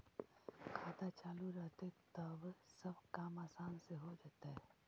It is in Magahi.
खाता चालु रहतैय तब सब काम आसान से हो जैतैय?